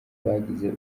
bagize